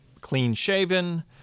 clean-shaven